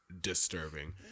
disturbing